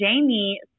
Jamie